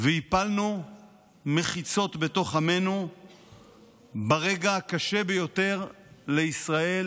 והפלנו מחיצות בתוך עמנו ברגע הקשה ביותר לישראל